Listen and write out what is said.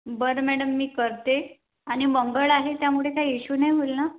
बरं मॅडम मी करते आणि मंगळ आहे त्यामुळे काय इशू नाही होईल ना